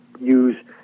use